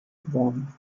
one